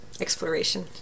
exploration